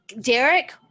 derek